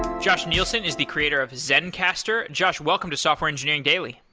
josh neilson is the creator of zencastr. josh, welcome to software engineering daily.